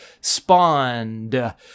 spawned